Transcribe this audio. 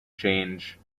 change